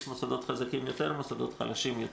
יש מוסדות חזקים יותר, מוסדות חלשים יותר,